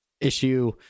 issue